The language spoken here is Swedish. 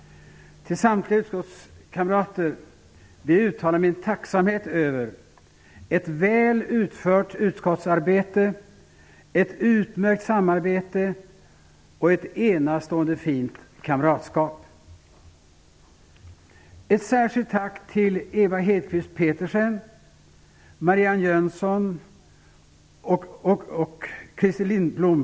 Till samtliga utskottskamrater vill jag uttala min tacksamhet över ett väl utfört utskottsarbete, ett utmärkt samarbete och ett enastående fint kamratskap. Jag vill rikta ett särskilt tack till Ewa Lindblom.